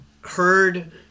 heard